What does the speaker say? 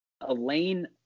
Elaine